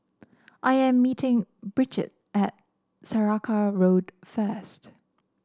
I am meeting Brigid at Saraca Road first